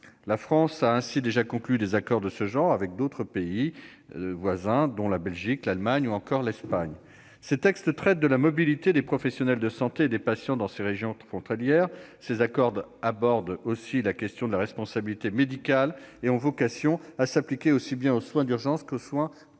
La France en a ainsi déjà conclu avec d'autres de ses voisins, dont la Belgique, l'Allemagne ou l'Espagne. Ils traitent de la mobilité des professionnels de santé et des patients dans les régions frontalières. Ils abordent aussi la question de la responsabilité médicale et ont vocation à s'appliquer aussi bien aux soins d'urgence qu'aux soins programmés.